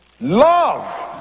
Love